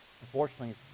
Unfortunately